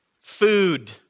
food